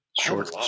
Short